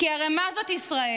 כי הרי מה זאת ישראל?